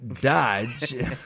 Dodge